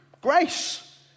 grace